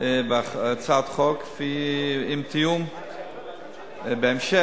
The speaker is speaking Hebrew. בהצעת החוק, עם תיאום בהמשך.